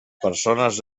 persones